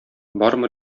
бармы